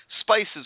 spices